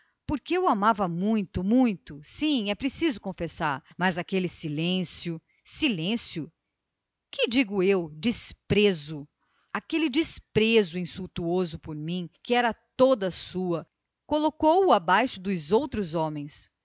porque o amava muito muito sim é preciso confessar que o amava loucamente mas aquele silêncio silêncio que digo eu desprezo aquele desprezo insultuoso por mim que era toda sua colocou o abaixo dos outros homens